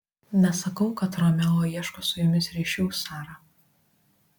nesakau kad romeo ieško su jumis ryšių sara